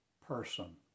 person